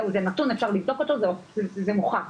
זהו, זה נתון ואפשר לבדוק אותו, זה מוכח.